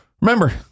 Remember